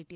T